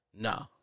No